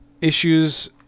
Issues